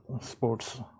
sports